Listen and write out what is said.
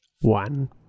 One